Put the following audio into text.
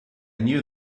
knew